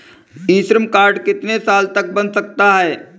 ई Shram card कितने साल तक बन सकता है?